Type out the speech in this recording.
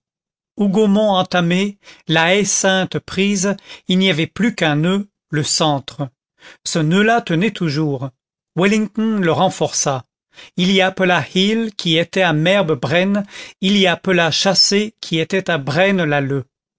hougomont entamé la haie sainte prise il n'y avait plus qu'un noeud le centre ce noeud là tenait toujours wellington le renforça il y appela hill qui était à merbe braine il y appela chassé qui était à